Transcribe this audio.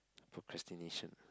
procrastination